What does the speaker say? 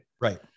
Right